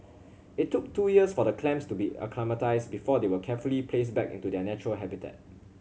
it took two years for the clams to be acclimatised before they were carefully placed back into their natural habitat